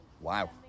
Wow